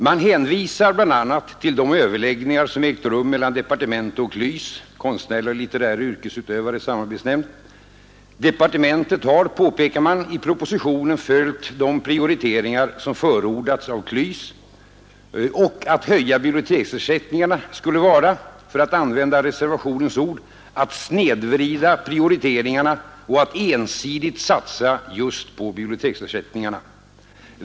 Man hänvisar bl.a. till de överläggningar som har ägt rum mellan departementet och KLYS, Konstnärliga och litterära yrkesutövares samarbetsnämnd. Departementet har, påpekar man, i propositionen följt de prioriteringar som förordats av KLYS; att höja biblioteksersättningarna skulle vara — för att använda reservationens ord — att snedvrida prioriteringarna och att ensidigt satsa just på biblioteksersättningarna.